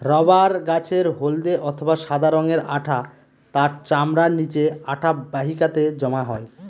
rubber গাছের হল্দে অথবা সাদা রঙের আঠা তার চামড়ার নিচে আঠা বাহিকাতে জমা হয়